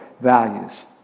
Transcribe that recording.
values